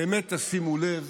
באמת תשימו לב